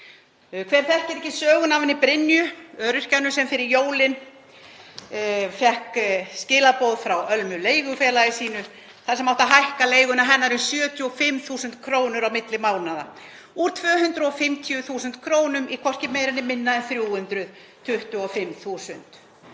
Hver þekkir ekki söguna af henni Brynju, öryrkjanum sem fyrir jólin fékk skilaboð frá Ölmu, leigufélagi sínu, þar sem átti að hækka leiguna hennar um 75.000 kr. á milli mánaða, úr 250.000 kr. í hvorki meira né minna en 325.000 kr.?